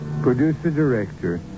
producer-director